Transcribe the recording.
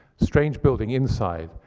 strange building inside.